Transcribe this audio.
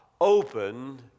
open